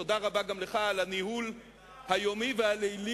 תודה רבה גם לך על הניהול היומי והלילי